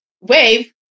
wave